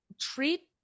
treat